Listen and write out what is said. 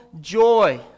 joy